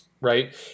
right